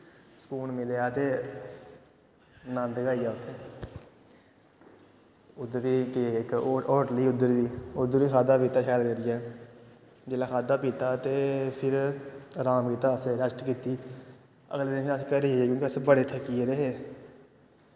सकून मिलेआ ते नन्द गै आई गेआ उत्थें उद्धर बी गे इक होटल ही उद्धर बी उद्धर बी खाद्धा पीता शैल करियै जेल्लै खाद्धा पीता ते फिर अराम कीता असें रैस्ट कीती अगले दिन अस घरै आए गे क्योंकि अस बड़े थक्की गेदे हे